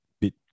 bit